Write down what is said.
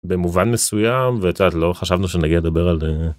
במובן מסוים ואתה לא חשבנו שנגיע לדבר על אה..